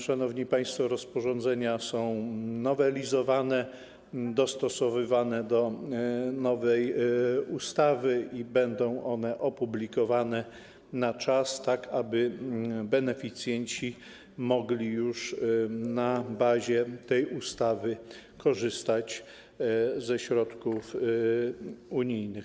Szanowni państwo, rozporządzenia są nowelizowane, dostosowywane do nowej ustawy i zostaną one opublikowane na czas, tak aby beneficjenci mogli już na bazie tej ustawy korzystać ze środków unijnych.